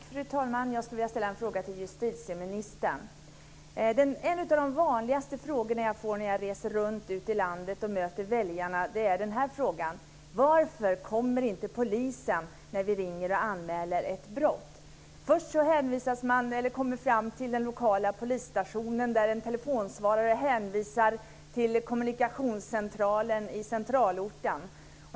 Fru talman! Jag skulle vilja ställa en fråga till justitieministern. En av de vanligaste frågorna jag får när jag reser runt ute i landet och möter väljarna är denna: Varför kommer inte polisen när vi ringer och anmäler ett brott? Först kommer man fram till den lokala polisstationen där en telefonsvarare hänvisar till kommunikationscentralen i centralorten.